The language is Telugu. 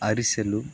అరిసెలు